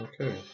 Okay